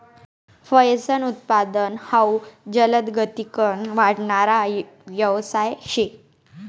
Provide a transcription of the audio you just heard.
फयेसनं उत्पादन हाउ जलदगतीकन वाढणारा यवसाय शे